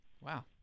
Wow